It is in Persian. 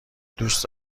دوست